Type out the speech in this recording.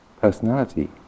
personality